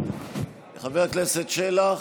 חבר הכנסת שלח,